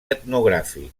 etnogràfic